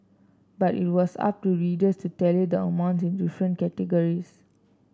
but it was up to readers to tally the amounts in the different categories